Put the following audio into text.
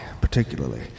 particularly